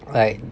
like